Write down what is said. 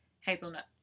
hazelnut